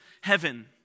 heaven